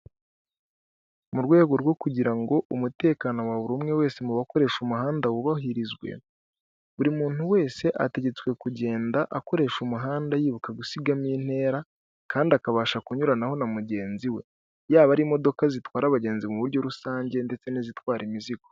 Mu rwego rwo kugira ngo umutekano wa buri umwe wese mu bakoresha umuhanda wubahirizwe, buri muntu wese ategetswe kugenda akoresha umuhanda yibuka gusigamo intera, kandi akabasha kunyuranaho na mugenzi we. Yaba ari imodoka zitwara abagenzi mu buryo bwa rusange, ndetse n'izitwara imizigo.